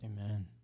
Amen